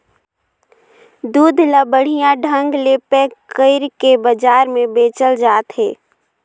दूद ल बड़िहा ढंग ले पेक कइरके बजार में बेचल जात हे